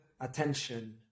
attention